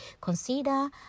Consider